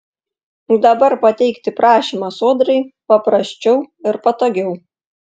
dabar pateikti prašymą sodrai paprasčiau ir patogiau